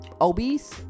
Obese